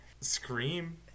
scream